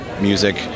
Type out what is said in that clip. music